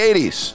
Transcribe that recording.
80s